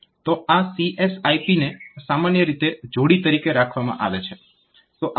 તો આ CSIP ને સામાન્ય રીતે જોડી તરીકે રાખવામાં આવે છે